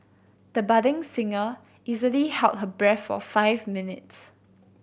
the budding singer easily held her breath for five minutes